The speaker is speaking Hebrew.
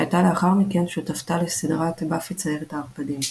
שהייתה לאחר מכן שותפתה לסדרה באפי ציידת הערפדים.